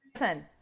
listen